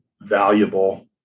valuable